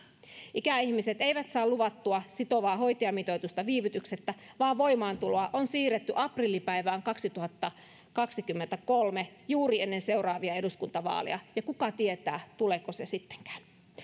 ikäihmiset eivät saa luvattua sitovaa hoitajamitoitusta viivytyksettä vaan voimaantuloa on siirretty aprillipäivään kaksituhattakaksikymmentäkolme juuri ennen seuraavia eduskuntavaaleja ja kuka tietää tuleeko se sittenkään